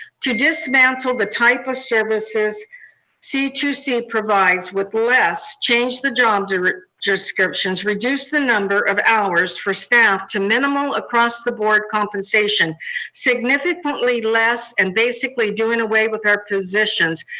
to dismantle the type of services c two c provides with less, change the job the job descriptions, reduce the number of hours for staff to minimal across the board compensation significantly less and basically doing away with our positions,